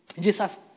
Jesus